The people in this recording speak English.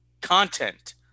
Content